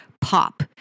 pop